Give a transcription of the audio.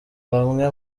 bamwe